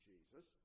Jesus